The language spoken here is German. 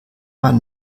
man